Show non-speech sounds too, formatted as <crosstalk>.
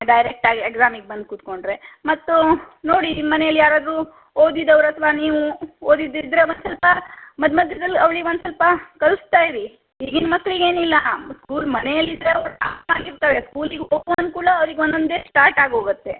ಡೈರೆಕ್ಟಾಗಿ ಎಕ್ಸಾಮಿಗೆ ಬಂದು ಕುತ್ಕೊಂಡರೆ ಮತ್ತು ನೋಡಿ ನಿಮ್ಮ ಮನೇಲಿ ಯಾರಾದರೂ ಓದಿದವ್ರು ಅಥವಾ ನೀವು ಓದಿದಿದ್ದರೆ ಒಂದು ಸ್ವಲ್ಪ ಮಧ್ಯ ಮಧ್ಯದಲ್ಲಿ ಅವ್ಳಿಗೆ ಒಂದು ಸ್ವಲ್ಪ ಕಲಿಸ್ತಾ ಇರಿ ಈಗಿನ ಮಕ್ಳಿಗೆ ಏನಿಲ್ಲ ಸ್ಕೂಲ್ ಮನೆಯಲ್ಲಿ ಇದ್ದರೆ ಅವರು <unintelligible> ಸ್ಕೂಲಿಗೆ ಹೋಗು ಅಂದ ಕೂಡಲೇ ಅವ್ರಿಗೆ ಒಂದೊಂದೇ ಸ್ಟಾರ್ಟಾಗಿ ಹೋಗುತ್ತೆ